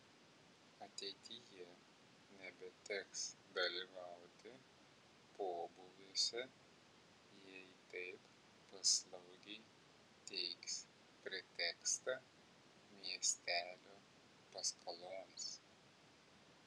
ateityje nebeteks dalyvauti pobūviuose jei taip paslaugiai teiks pretekstą miestelio paskaloms